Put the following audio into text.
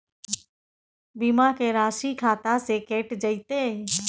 बीमा के राशि खाता से कैट जेतै?